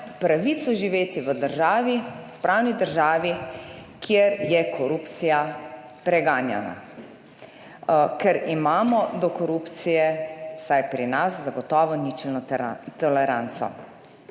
pravico živeti v državi, v pravni državi, kjer je korupcija preganjana, ker imamo do korupcije vsaj pri nas zagotovo ničelno toleranco.